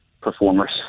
performers